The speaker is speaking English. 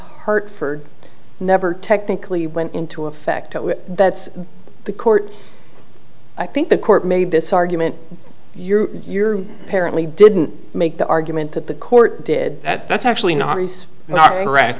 hertford never technically went into effect that's the court i think the court made this argument you're you're apparently didn't make the argument that the court did that that's actually